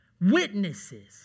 witnesses